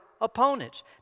opponents